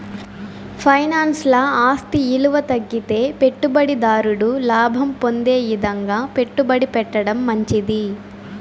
ఫైనాన్స్ల ఆస్తి ఇలువ తగ్గితే పెట్టుబడి దారుడు లాభం పొందే ఇదంగా పెట్టుబడి పెట్టడం మంచిది